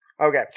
Okay